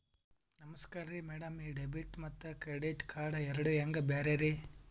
ನಮಸ್ಕಾರ್ರಿ ಮ್ಯಾಡಂ ಈ ಡೆಬಿಟ ಮತ್ತ ಕ್ರೆಡಿಟ್ ಕಾರ್ಡ್ ಎರಡೂ ಹೆಂಗ ಬ್ಯಾರೆ ರಿ?